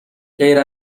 غیر